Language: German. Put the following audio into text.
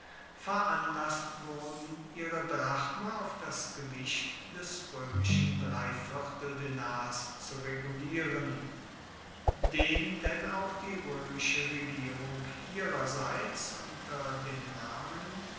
veranlasst wurden ihre drachme auf das gewicht des roemischen dreivierteldenars zu regulieren den denn auch die roemische regierung ihrerseits unter dem namen